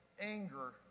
anger